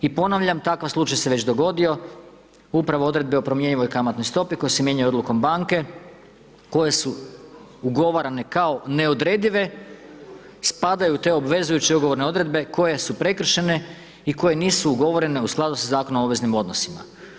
I ponavljam, takav slučaj se već dogodio, upravo odredbe o promjenjivoj kamatnoj stopi koje se mijenjaju odlukom banke koje su ugovarane kao neodredive, spadaju u te obvezujuće ugovorne odredbe koje su prekršene i koje nisu ugovorene u skladu sa Zakonom o obveznim odnosima.